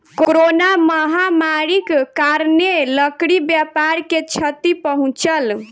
corona महामारीक कारणेँ लकड़ी व्यापार के क्षति पहुँचल